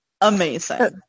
Amazing